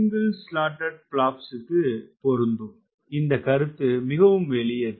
இந்த கருத்து மிகவும் எளியது